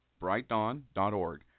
brightdawn.org